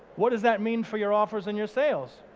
what does that mean for your offers and your sales?